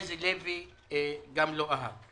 חזי לוי לא אהב.